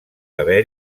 haver